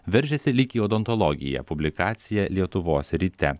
veržiasi lyg į odontologiją publikacija lietuvos ryte